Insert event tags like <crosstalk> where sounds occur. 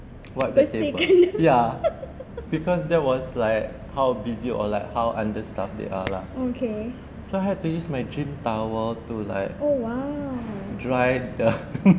wipe the table ya because they was like how busy or like how understaffed they are lah so I had to use my gym towel to like dry the <laughs>